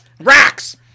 Racks